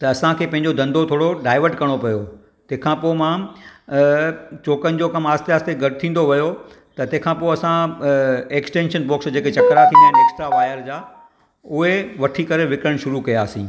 त असांखे पहिंजो धंधो थोरो डाइवर्ट करिणो पियो तंहिंखां पोइ मां चोखनि जो कमु आहिस्ते आहिस्ते घटि थींदो वियो त तंहिंखां पोइ असां ऐक्स्टेंशन बौक्स जेका चक्रा थींदा आहिनि एक्स्ट्रा वायर जा उहे वठी करे विकण शुरू कयासीं